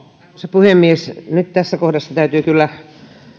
puhemies nyt tässä kohdassa täytyy kyllä